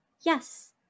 Yes